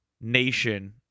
nation